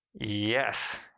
Yes